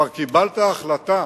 כבר קיבלת החלטה